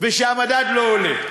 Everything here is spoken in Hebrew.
וכשהמדד לא עולה.